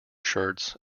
shirts